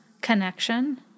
connection